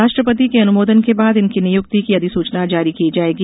राष्ट्रपति के अनुमोदन के बाद इनकी नियुक्ति की अधिसूचना जारी की जाएगी